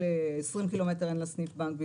זה לא קיים בשום מקום.